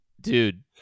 dude